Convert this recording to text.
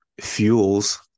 fuels